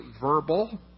verbal